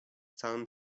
całym